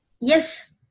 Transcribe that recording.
yes